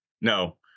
No